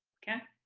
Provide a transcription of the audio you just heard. okay.